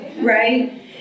right